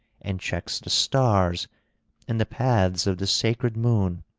and checks the stars and the paths of the sacred moon.